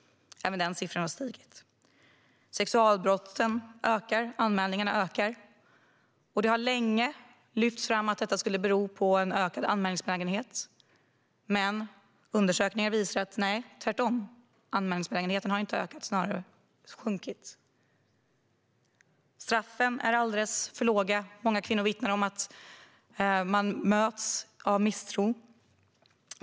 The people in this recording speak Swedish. Även den siffran har stigit. Sexualbrotten ökar, och anmälningarna ökar. Det har länge lyfts fram att det skulle bero på ökad anmälningsbenägenhet. Men undersökningar visar att anmälningsbenägenheten inte har ökat. Den har snarare sjunkit. Straffen är alldeles för låga. Och många kvinnor vittnar om att de har mötts av misstro.